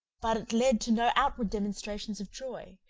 but it led to no outward demonstrations of joy,